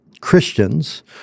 Christians